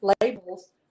Labels